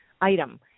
item